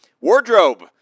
wardrobe